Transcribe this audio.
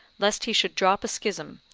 lest he should drop a schism,